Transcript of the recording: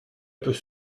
peut